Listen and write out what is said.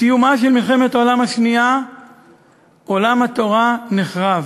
בסיומה של מלחמת העולם השנייה עולם התורה נחרב.